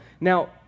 Now